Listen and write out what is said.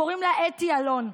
קוראים לה אתי אלון.